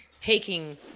taking